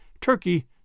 turkey